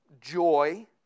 joy